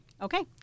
Okay